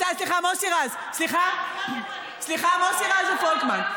סליחה, מוסי רז, סליחה, מוסי רז ופולקמן.